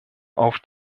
auf